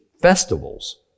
festivals